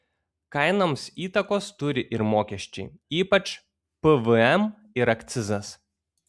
kainoms įtakos turi ir mokesčiai ypač pvm ir akcizas